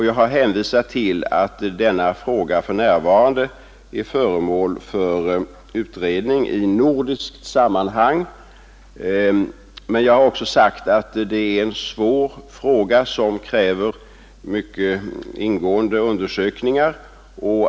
Jag har hänvisat till att frågan för närvarande är föremål för utredning i nordiskt sammanhang; jag har också sagt att det är en svår och tidsödande fråga som kräver mycket ingående undersökningar.